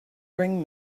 bring